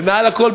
ומעל הכול,